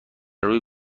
روی